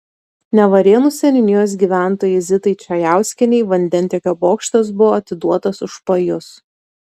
nevarėnų seniūnijos gyventojai zitai čajauskienei vandentiekio bokštas buvo atiduotas už pajus